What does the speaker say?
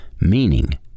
meaning